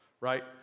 right